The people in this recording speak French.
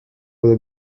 doit